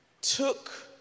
took